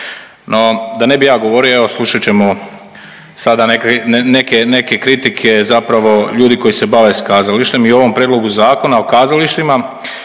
da ne bi ja govorio evo slušat ćemo sada neke, neke, neke kritike zapravo ljudi koji se bave s kazalištem i u ovom prijedlogu Zakona o kazalištima